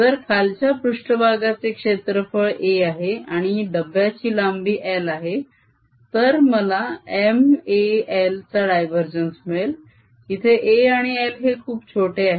जर खालच्या पृष्ट्भागाचे क्षेत्रफळ a आहे आणि डब्ब्याची लांबी l आहे तर मला M a l चा डायवरजेन्स मिळेल इथे a आणि l हे खूप छोटे आहेत